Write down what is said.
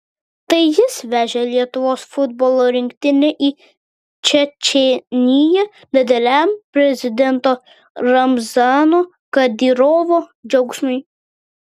tai jis vežė lietuvos futbolo rinktinę į čečėniją dideliam prezidento ramzano kadyrovo džiaugsmui